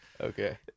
Okay